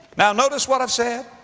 now notice what i've said.